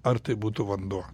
ar tai būtų vanduo